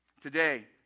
today